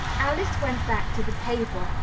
alice went back to the table,